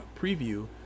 preview